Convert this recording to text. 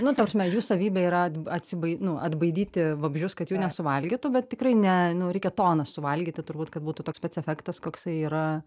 nu ta prasme jų savybė yra atb atsibai nu atbaidyti vabzdžius kad jų nesuvalgytų bet tikrai ne nu reikia tonas suvalgyti turbūt kad būtų toks pats efektas koksai yra